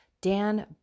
Dan